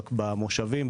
במושבים,